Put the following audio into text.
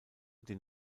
den